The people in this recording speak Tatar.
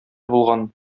булган